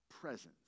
presence